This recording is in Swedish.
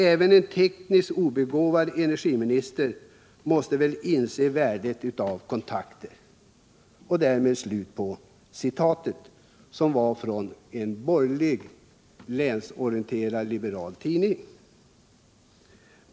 Även en tekniskt obegåvad energiminister måste väl inse värdet av kontakter.” — Därmed slut på citatet, som var från en borgerligt orienterad länstidning.